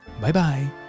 bye-bye